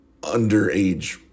underage